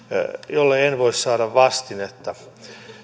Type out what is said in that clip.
jolle en voi saada vastinetta